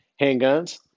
handguns